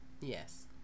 yes